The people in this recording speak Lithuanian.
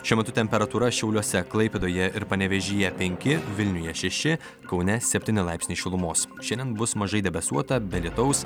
šiuo metu temperatūra šiauliuose klaipėdoje ir panevėžyje penki vilniuje šeši kaune septyni laipsniai šilumos šiandien bus mažai debesuota be lietaus